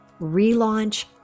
relaunch